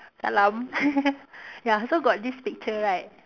salam ya so got this picture right